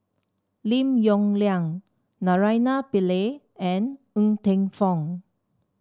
Lim Yong Liang Naraina Pillai and Ng Teng Fong